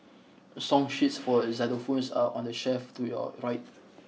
song sheets for a xylophones are on the shelf to your right